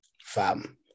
Fam